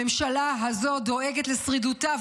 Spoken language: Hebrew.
הממשלה הזו דואגת לשרידותה.